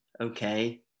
okay